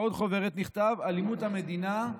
בעוד חוברת נכתב: "אלימות המדינה,